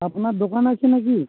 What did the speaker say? আপনার দোকান আছে না কি